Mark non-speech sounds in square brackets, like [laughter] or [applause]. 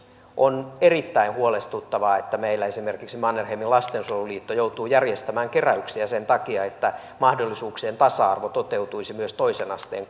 on erittäin huolestuttavaa että meillä esimerkiksi mannerheimin lastensuojeluliitto joutuu järjestämään keräyksiä sen takia että mahdollisuuksien tasa arvo toteutuisi myös toisen asteen [unintelligible]